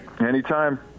Anytime